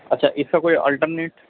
اچھا اس کا کوئی آلٹرنیٹ